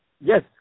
Yes